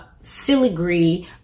filigree